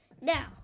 now